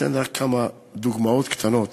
אתן רק כמה דוגמאות קטנות.